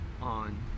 on